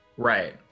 Right